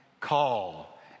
call